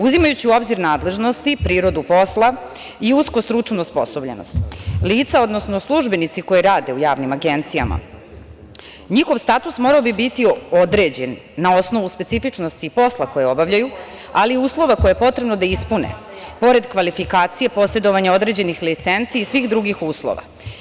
Uzimajući u obzir nadležnosti, prirodu posla i usko stručnu osposobljenost, lica, odnosno službenici koji rade u javnim agencijama, njihov status morao bi biti određen na osnovu specifičnosti posla koji obavljaju, ali i uslova koje je potrebno da ispune pored kvalifikacija, posedovanja određenih licenci i svih drugih uslova.